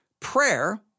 Prayer